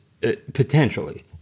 potentially